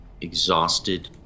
exhausted